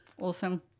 Awesome